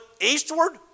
eastward